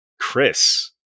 Chris